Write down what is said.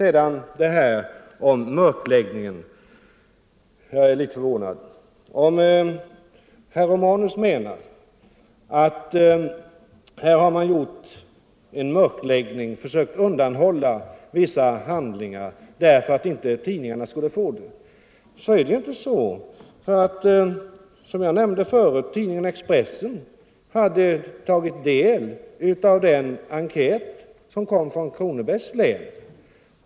Jag är förvånad över herr Romanus” tal om mörkläggning. Om herr Romanus menar att Landstingsförbundet försökt undanhålla vissa handlingar för att tidningarna inte skulle få dem, så är det inte riktigt. Som jag tidigare nämnde hade tidningen Expressen tagit del av den enkät som kom från Kronobergs län.